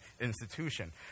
institution